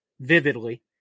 vividly